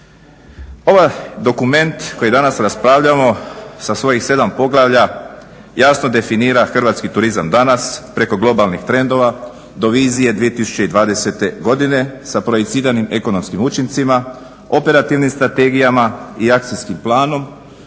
Ovaj dokument koji danas raspravljamo sa svojih 7 poglavlja jasno definira hrvatski turizam danas preko globalnih trendova do vizije 2020.godine sa projiciranim ekonomskim učincima, operativnim strategijama i akcijskim planom,